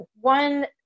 one